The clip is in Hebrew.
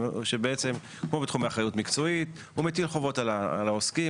הוא מטיל חובות על העוסקים,